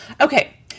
Okay